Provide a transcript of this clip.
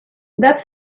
that